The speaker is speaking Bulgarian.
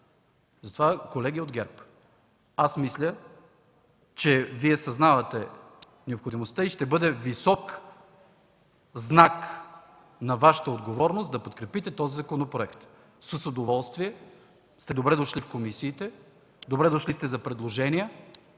Затова, колеги от ГЕРБ, мисля, че Вие съзнавате необходимостта и ще бъде висок знак на Вашата отговорност да подкрепите този законопроект. С удоволствие сте добре дошли в комисията, добре дошли сте за предложения,